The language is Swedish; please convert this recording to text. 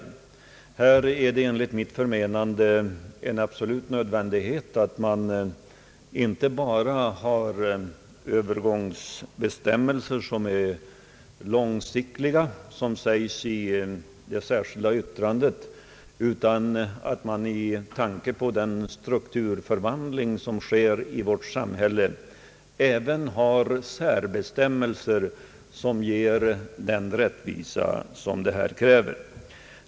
I detta sammanhang är det enligt mitt förmenande en absolut nödvändighet att man inte bara har övergångsbestämmelser som är långsiktiga utan att man också, med tanke på den strukturomvandling som sker i vårt samhälle, har särbestämmelser som ger den erforderliga rättvisan.